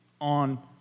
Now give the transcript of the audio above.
on